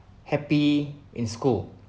happy in school